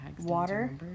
water